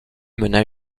mena